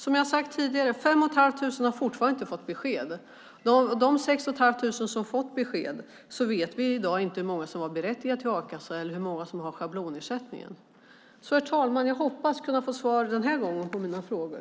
Som jag sade tidigare har fem och ett halv tusen fortfarande inte fått besked. Av de sex och ett halvt tusen som har fått besked vet vi i dag inte hur många som var berättigade till a-kassa eller hur många som har schablonersättningen. Herr talman! Den här gången hoppas jag få svar på mina frågor.